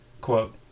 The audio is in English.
Quote